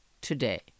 today